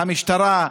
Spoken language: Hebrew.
המשטרה,